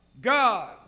God